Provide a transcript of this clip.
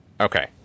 Okay